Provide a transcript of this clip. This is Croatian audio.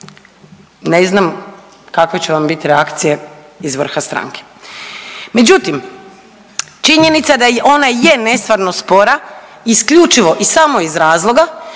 Ne znam kakve će vam bit reakcije iz vrha stranke. Međutim, činjenica da ona je nestvarno spora isključivo i samo iz razloga